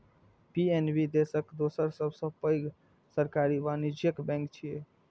PNB देशक दोसर सबसं पैघ सरकारी वाणिज्यिक बैंक छियै